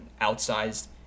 outsized